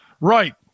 Right